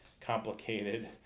complicated